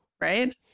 right